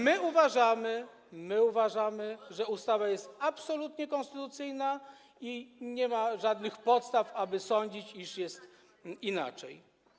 My uważamy, że ustawa jest absolutnie konstytucyjna i nie ma żadnych podstaw, aby sądzić, iż jest inaczej.